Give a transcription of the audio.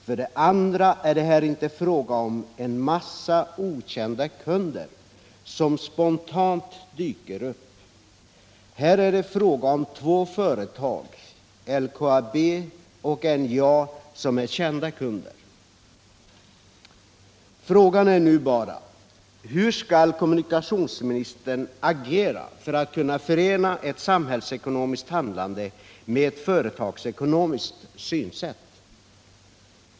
För det andra är det inte fråga om en massa okända kunder som spontant dyker upp. Här är det fråga om två företag, LKAB och NJA, som är kända kunder. Frågan är nu: Hur skall kommunikationsministern agera för att kunna förena ett samhällsekonomiskt handlande med ett företagsekonomiskt synsätt.